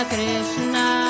Krishna